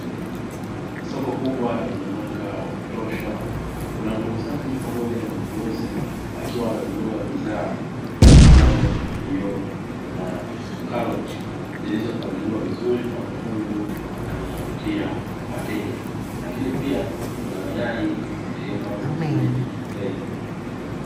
Soko kubwa lenye mwanga wa kutosha kuna muuzaji pamoja na mnunuzi akiwa ananunua bidhaa kama nyanya, pilipili hoho na karoti zilizopangiliwa vizuri kwa mafungu na zinavutia wateja, lakini kuna mayai yaliyopangwa vizuri kwenye trei.